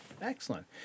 Excellent